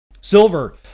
Silver